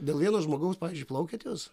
dėl vieno žmogaus pavyzdžiui plaukiat jūs